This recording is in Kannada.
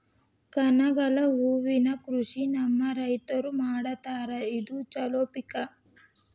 ಕನಗಲ ಹೂವಿನ ಕೃಷಿ ನಮ್ಮ ರೈತರು ಮಾಡತಾರ ಇದು ಚಲೋ ಪಿಕ